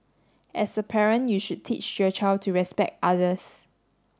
as a parent you should teach your child to respect others